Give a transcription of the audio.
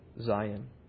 Zion